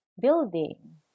building